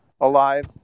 alive